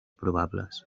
probables